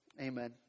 Amen